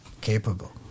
capable